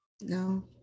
no